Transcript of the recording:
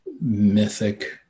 mythic